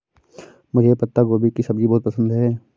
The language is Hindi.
मुझे पत्ता गोभी की सब्जी बहुत पसंद है